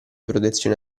protezione